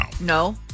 No